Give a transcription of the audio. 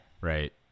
Right